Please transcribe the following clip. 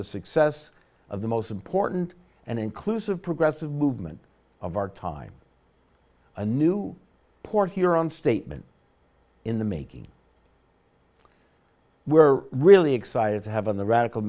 the success of the most important and inclusive progressive movement of our time a new port huron statement in the making we're really excited to have on the radical